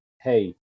hey